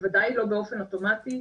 בוודאי לא באופן אוטומטי,